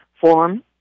form